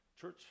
church